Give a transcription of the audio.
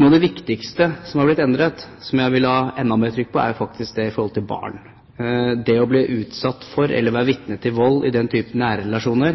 Noe av det viktigste som har blitt endret, og som jeg vil ha enda mer trykk på, gjelder barn og det å bli utsatt for eller være vitne til vold i nære relasjoner.